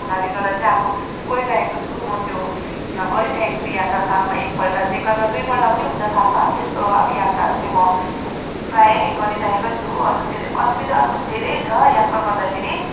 हुनाले गर्दा चाहिँ अब गइराखेको छु म त्यो गरिराखेको छु यात्रा सालमा एक पल्ट चाहिँ कति बेला दुई पल्ट पनि हुन्छ सालमा त्यस्तो अब यात्राहरू चाहिँ म प्रायः गरिरहेकै छु अरू र फेरि असुविधाहरू पनि धेरै छ यात्रा गर्दाखेरि